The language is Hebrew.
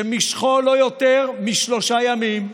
שמשכו לא יותר משלושה ימים,